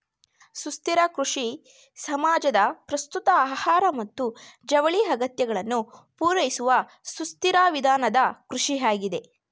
ಸುಸ್ಥಿರ ಕೃಷಿ ಸಮಾಜದ ಪ್ರಸ್ತುತ ಆಹಾರ ಮತ್ತು ಜವಳಿ ಅಗತ್ಯಗಳನ್ನು ಪೂರೈಸುವಸುಸ್ಥಿರವಿಧಾನದಕೃಷಿಯಾಗಿದೆ